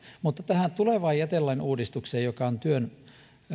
mutta tähän tulevaan jätelain uudistukseen joka on työn